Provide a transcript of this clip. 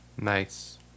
Nice